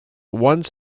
once